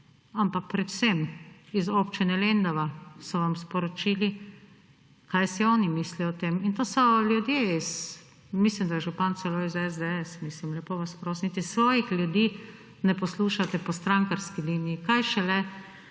ampak predvsem iz občine Lendava so vam sporočili, kaj si oni mislijo o tem. To so ljudje, mislim, da je župan celo iz SDS. Mislim! Lepo vas prosim, niti svojih ljudi ne poslušate po strankarski liniji, kaj šele,